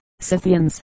Scythians